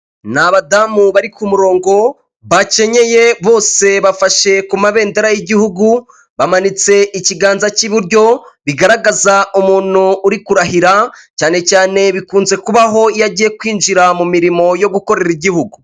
Ni abadamu bari ku murongo, bakenyeye bose bafashe ku mabendera y'igihugu, bamanitse ikiganza cy'iburyo, bigaragaza umuntu uri kurahira cyane cyane bikunze kubaho iyo agiye kwinjira mu mirimo yo gukorera igihugu.